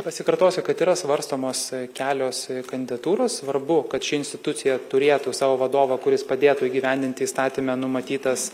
pasikartosiu kad yra svarstomos kelios kandidatūros svarbu kad ši institucija turėtų savo vadovą kuris padėtų įgyvendinti įstatyme numatytas